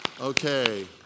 Okay